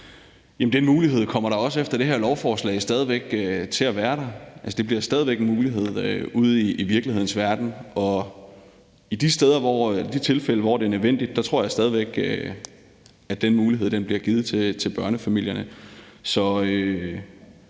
den mulighed kommer, også efter det her lovforslag, stadig væk til at være der. Altså, det bliver stadig væk en mulighed ude i virkelighedens verden. I de tilfælde, hvor det er nødvendigt, tror jeg stadig væk den mulighed bliver givet til børnefamilierne,